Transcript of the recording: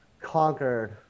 conquered